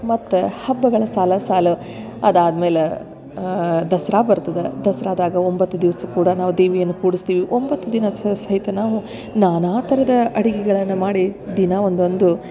ಮತ್ತು ಹಬ್ಬಗಳ ಸಾಲ ಸಾಲ ಅದಾದ್ಮೇಲೆ ದಸರಾ ಬರ್ತದ ದಸರಾದಾಗ ಒಂಬತ್ತು ದಿವಸ ಕೂಡ ನಾವು ದೇವಿಯನ್ನ ಕೂಡಸ್ತೀವಿ ಒಂಬತ್ತು ದಿನ ಸ ಸಹಿತ ನಾವು ನಾನಾ ಥರದ ಅಡಿಗಿಗಳನ್ನ ಮಾಡಿ ದಿನ ಒಂದೊಂದು